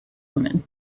women